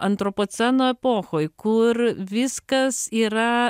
antropoceno epochoj kur viskas yra